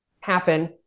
happen